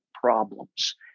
problems